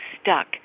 stuck